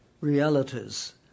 realities